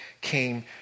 came